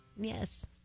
Yes